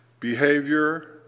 Behavior